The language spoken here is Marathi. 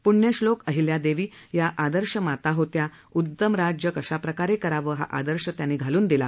पृण्यश्लोक अहिल्यादेवी या एक आदर्श माता होत्या उत्तम राज्य कशाप्रकारे करावं हा आदर्श त्यांनी घालून दिला